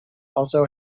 also